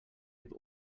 give